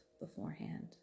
beforehand